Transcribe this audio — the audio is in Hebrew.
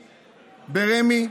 ברמ"י.